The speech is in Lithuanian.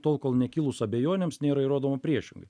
tol kol nekilus abejonėms nėra įrodoma priešingai